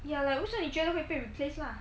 ya like 为什么你觉得会被 replace lah